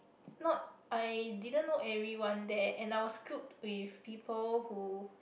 not I didn't know everyone there and I was grouped with people who